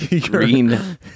Green